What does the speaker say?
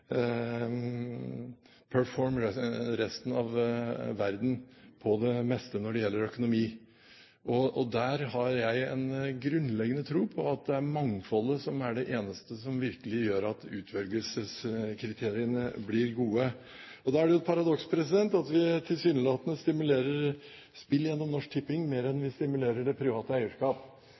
and out-perform» resten av verden på det meste når det gjelder økonomi. Der har jeg en grunnleggende tro på at det er mangfoldet som er det eneste som virkelig gjør utvelgelseskriteriene gode. Da er det et paradoks at vi tilsynelatende stimulerer spill gjennom Norsk Tipping mer enn vi stimulerer det private eierskap.